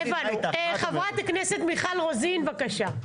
חברת הכנסת מיכל רוזין, בקשה.